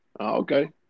Okay